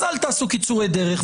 אז אל תעשו קיצורי דרך,